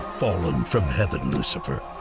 fallen from heaven lucifer,